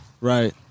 Right